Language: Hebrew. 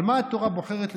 על מה התורה בוחרת לדבר?